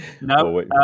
No